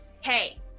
Hey